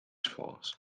falls